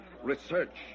Research